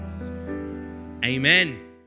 Amen